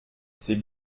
c’est